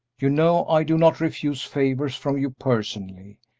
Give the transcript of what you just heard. you know i do not refuse favors from you personally.